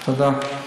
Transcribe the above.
תודה.